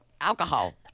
Alcohol